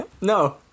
no